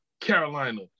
carolina